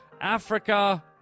Africa